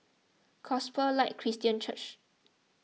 Gospel Light Christian Church